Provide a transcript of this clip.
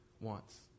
wants